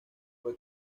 fue